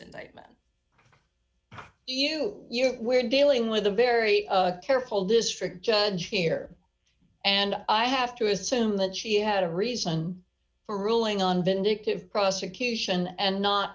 indictment you you we're dealing with a very careful district judge here and i have to assume that she had a reason for ruling on vindictive prosecution and not